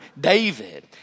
David